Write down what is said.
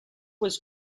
was